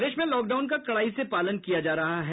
प्रदेश में लॉकडाउन का कड़ाई से पालन किया जा रहा है